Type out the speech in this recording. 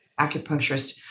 acupuncturist